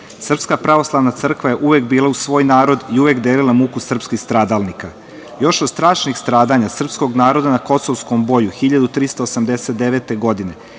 Srpska pravoslavna crkva je uvek bila uz svoj narod i uvek delila muku srpskih stradalnika. Još od strašnih stradanja srpskog naroda na Kosovskom boju 1389. godine,